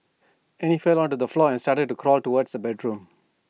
Annie fell onto the floor and started to crawl towards her bedroom